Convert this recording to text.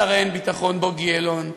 שר האין-ביטחון בוגי יעלון,